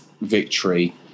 victory